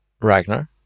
Ragnar